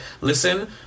listen